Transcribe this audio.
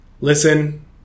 listen